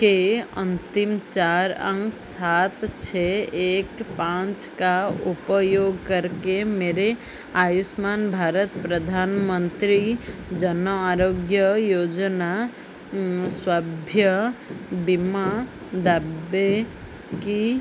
के अंतिम चार अंक सात छः एक पाँच का उपयोग करके मेरे आयुष्मान भारत प्रधानमंत्री जनआरोग्य योजना सभ्य बिमा दावे की